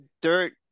dirt